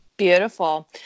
Beautiful